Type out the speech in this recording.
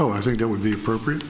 oh i think it would be appropriate